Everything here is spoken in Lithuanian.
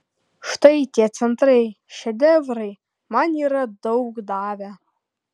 štai tie centrai šedevrai man yra daug davę